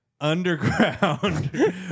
underground